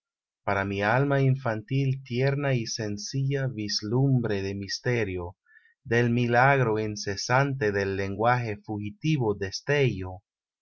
para mi alma infantil tierna y sencilla vislumbre de misterio del milagro incesante del lenguaje fugitivo destello